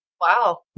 Wow